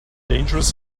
dangerous